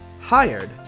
Hired